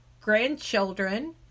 grandchildren